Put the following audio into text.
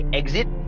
exit